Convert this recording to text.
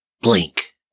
Blink